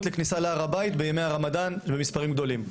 לכניסה להר הבית בימי הרמדאן במספרים גדולים.